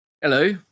hello